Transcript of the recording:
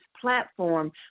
platform